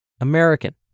American